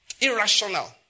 irrational